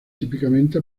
típicamente